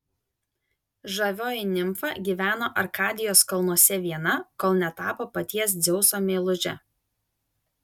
žavioji nimfa gyveno arkadijos kalnuose viena kol netapo paties dzeuso meiluže